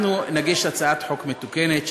אנחנו נגיש הצעת חוק מתוקנת,